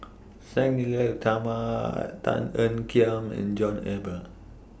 Sang Nila Utama Tan Ean Kiam and John Eber